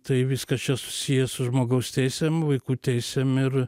tai viskas čia susiję su žmogaus teisėm vaikų teisėm ir